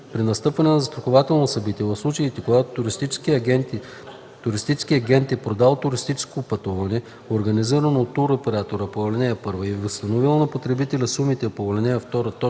При настъпване на застрахователно събитие, в случаите когато туристически агент е продал туристическо пътуване, организирано от туроператора по ал. 1 и е възстановил на потребителите сумите по ал. 2,